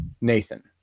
Nathan